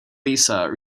lisa